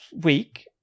week